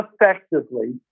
effectively